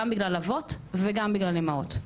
גם בגלל אבות וגם בגלל אימהות.